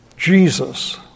Jesus